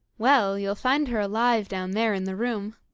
well, you'll find her alive down there in the room.